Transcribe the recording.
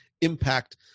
impact